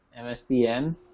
MSDN